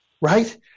right